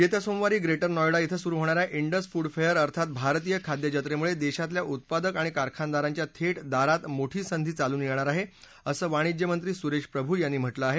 येत्या सोमवारी ग्रेटर नोएडा क्वे सुरु होणा या डिस फूड फेअर अर्थात भारतीय खाद्यजत्रेमुळे देशातल्या उत्पादक आणि कारखानदारांच्या थेट दारात मोठी संधी चालून येणार आहे असं वाणिज्य मंत्री सुरेश प्रभू यांनी म्हटलं आहे